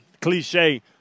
cliche